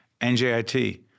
NJIT